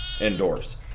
indoors